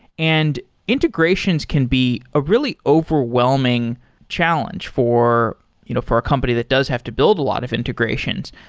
and integrations can be a really overwhelming challenge for you know for a company that does have to build a lot of integrations,